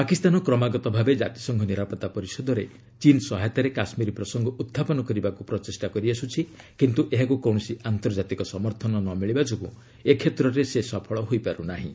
ପାକିସ୍ତାନ କ୍ରମାଗତ ଭାବେ ଜାତିସଂଘ ନିରାପଭା ପରିଷଦରେ ଚୀନ୍ ସହାୟତାରେ କାଶ୍ମୀର ପ୍ରସଙ୍ଗ ଉହ୍ଚାପନ କରିବାକୁ ପ୍ରଚେଷ୍ଟା କରିଆସୁଛି କିନ୍ତୁ ଏହାକୁ କୌଣସି ଆନ୍ତର୍ଜାତିକ ସମର୍ଥନ ନ ମିଳିବା ଯୋଗୁଁ ଏ କ୍ଷେତ୍ରରେ ସେ ସଫଳ ହୋଇପାରୁ ନାହିଁ